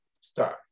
start